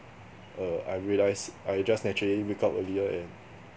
err I realise I just naturally wake up earlier and